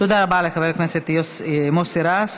תודה רבה לחבר הכנסת מוסי רז.